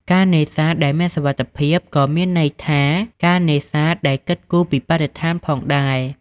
ការនេសាទដែលមានសុវត្ថិភាពក៏មានន័យថាការនេសាទដែល គិតគូរពីបរិស្ថាន ផងដែរ។